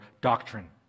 doctrine